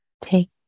take